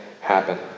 happen